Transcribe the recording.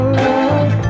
love